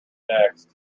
next